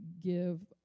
give